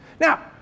Now